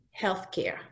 healthcare